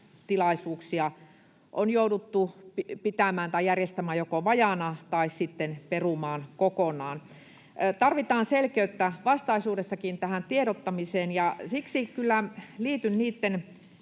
tilaisuuksia on jouduttu pitämään tai järjestämään joko vajaana tai sitten perumaan kokonaan. Tarvitaan selkeyttä vastaisuudessakin tähän tiedottamiseen, ja siksi kyllä liityn niitten